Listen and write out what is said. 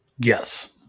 yes